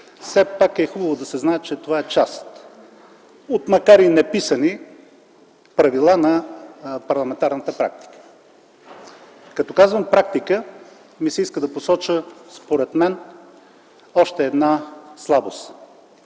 все пак е хубаво да се знае, че това е част от макар и неписани правила на парламентарната практика. Като казвам „практика” ми се иска да посоча, според мен, още една слабост.